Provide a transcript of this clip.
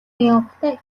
явахдаа